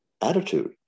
attitude